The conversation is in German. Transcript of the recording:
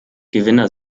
gewinner